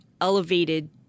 elevated